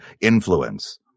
influence